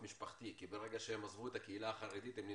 משפחתי כי ברגע שהם עזבו את הקהילה החרדית הם לבד,